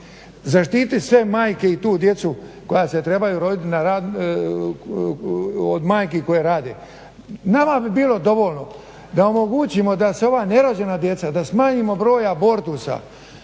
zaštiti sve majke i tu djecu koja se trebaju roditi od majki koje rade. Nama bi bilo dovoljno da omogućimo da se ova nerođena djeca, da smanjimo broj abortusa